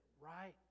right